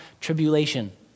tribulation